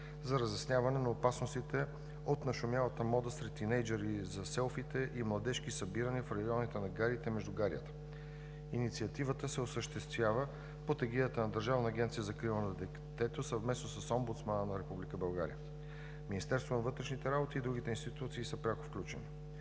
за разясняване на опасностите от нашумялата мода сред тийнейджърите за селфита и младежки събирания в районите на гарите и междугарията. Инициативата се осъществява под егидата на Държавната агенция за закрила на детето, съвместно с Омбудсмана на Република България. Министерството на вътрешните работи и другите институции са пряко включени.